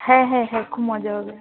হ্যাঁ হ্যাঁ হ্যাঁ খুব মজা হবে